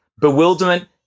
Bewilderment